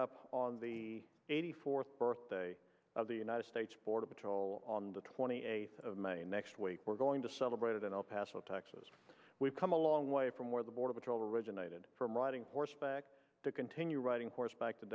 up on the eighty fourth birthday of the united states border patrol on the twenty eighth of may next week we're going to celebrate in el paso texas we've come a long way from where the border patrol originated from riding horseback to continue riding horseback